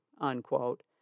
unquote